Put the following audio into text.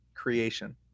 creation